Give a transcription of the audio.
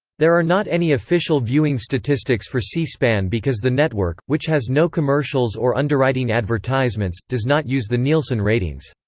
there are not any official viewing statistics for c-span because the network, which has no commercials or underwriting advertisements, does not use the nielsen ratings.